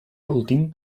últim